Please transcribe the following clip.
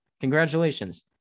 Congratulations